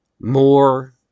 more